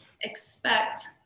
expect